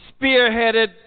spearheaded